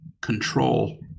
control